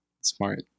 Smart